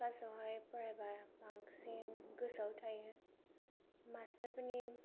क्लासावहाय फरायब्ला बांसिन गोसोआव थायो मास्टारफोरनि